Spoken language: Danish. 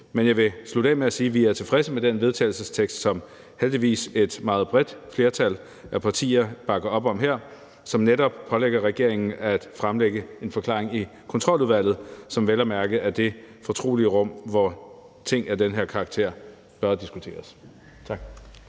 Men jeg vil slutte af med at sige, at vi er tilfredse med den vedtagelsestekst, som et heldigvis meget bredt flertal af partier bakker op om, og som netop pålægger regeringen at fremlægge en forklaring i Kontroludvalget, som vel at mærke er det fortrolige rum, hvor ting af den her karakter bør diskuteres.